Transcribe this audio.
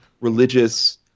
religious